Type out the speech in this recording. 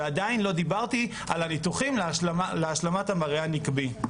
ועדיין לא דיברתי על הניתוחים להשלמת המראה הנקבי.